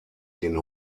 den